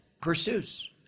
pursues